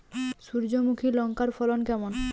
সূর্যমুখী লঙ্কার ফলন কেমন?